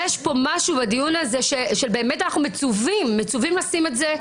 יש פה משהו בדיון הזה שבאמת אנחנו מצווים לשים את זה,